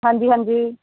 ਹਾਂਜੀ ਹਾਂਜੀ